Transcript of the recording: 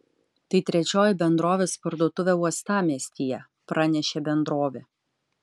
tai trečioji bendrovės parduotuvė uostamiestyje pranešė bendrovė